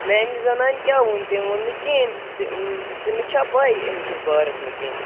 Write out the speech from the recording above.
میانہِ زنانہِ کیاہ ووٚن تٔمۍ ووٚن نہٕ کِہینۍ تٔمۍ تٔمس چھا پاے اَمہِ کِس بارس منز کیٚنٛہہ